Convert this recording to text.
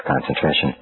concentration